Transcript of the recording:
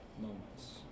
moments